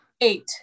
Eight